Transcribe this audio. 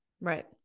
Right